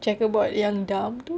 checker board yang dam itu